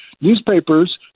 newspapers